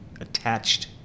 attached